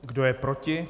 Kdo je proti?